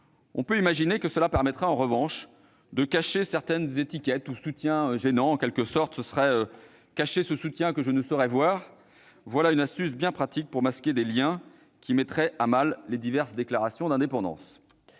on peut imaginer que cela permettrait en revanche de cacher certaines étiquettes ou soutiens gênants, en quelque sorte « cachez ce soutien que je ne saurais voir »! Voilà une astuce bien pratique pour masquer des liens qui mettraient à mal les diverses déclarations d'indépendance